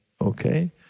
okay